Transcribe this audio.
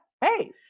Hey